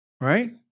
Right